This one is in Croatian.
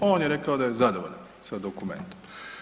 On je rekao da je zadovoljan sa dokumentom.